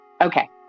okay